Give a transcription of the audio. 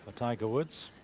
ah tiger woods